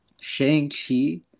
Shang-Chi